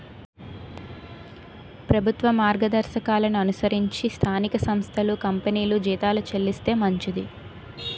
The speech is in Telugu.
ప్రభుత్వ మార్గదర్శకాలను అనుసరించి స్థానిక సంస్థలు కంపెనీలు జీతాలు చెల్లిస్తే మంచిది